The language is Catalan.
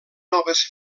noves